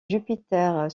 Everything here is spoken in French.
jupiter